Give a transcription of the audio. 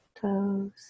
toes